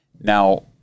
Now